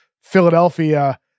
Philadelphia